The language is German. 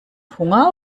hunger